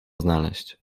znaleźć